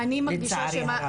לצערי הרב.